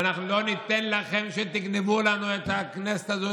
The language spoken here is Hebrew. ולא ניתן לכם שתגנבו את הכנסת הזאת,